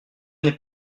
n’est